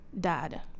Dad